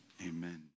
amen